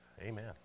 Amen